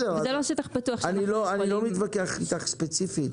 אני לא מתווכח אתך ספציפית.